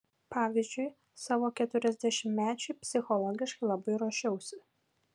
pavyzdžiui savo keturiasdešimtmečiui psichologiškai labai ruošiausi